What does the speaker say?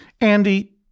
Andy